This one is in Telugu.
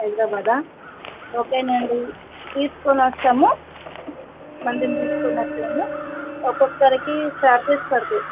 హైదరాబాదా ఓకే నండి తీసుకొని వస్తాము మందిని తీసుకుని వస్తాము ఒక్కొక్కరికి ఛార్జెస్ పడత